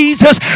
Jesus